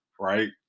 right